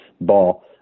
ball